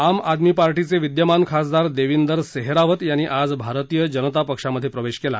आम आदमी पार्टीचे विद्यमान खासदार देविंदर सेहरावत यांनी आज भारतीय जनता पक्षात प्रवेश केला